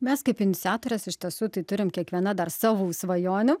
mes kaip iniciatorės iš tiesų tai turim kiekviena dar savų svajonių